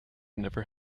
never